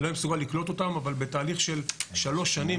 לא אהיה מסוגל לקלוט אותם אבל בתהליך של שלוש שנים,